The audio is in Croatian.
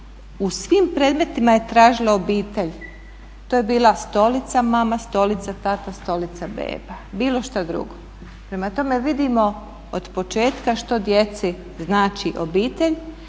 u svim predmetima je tražila obitelj. To je bila stolica mama, stolica tata, stolica beba i bilo što drugo. Prema tome, vidimo od početka što djeci znači obitelj